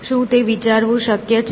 શું તે વિચારવું શક્ય છે